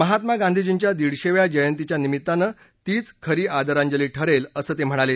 महात्मा गांधीजींच्या दीडशेव्या जयंतीच्या निमित्तानं तीच खरी आदरांजली ठरेल असं ते म्हणाले